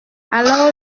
alors